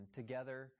together